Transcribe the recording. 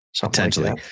Potentially